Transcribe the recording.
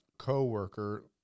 co-worker